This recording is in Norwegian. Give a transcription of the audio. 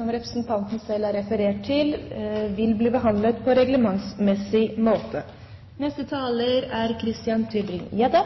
Representanten Robert Eriksson har tatt opp det forslaget han refererte til.